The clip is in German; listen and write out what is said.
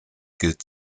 gilt